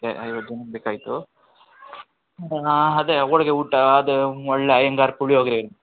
ಐವತ್ತು ಜನಕ್ಕೆ ಬೇಕಾಗಿತ್ತು ಅದೇ ಹೋಳಿಗೆ ಊಟ ಅದು ಒಳ್ಳೆ ಅಯ್ಯಂಗಾರ್ ಪುಳಿಯೋಗರೆ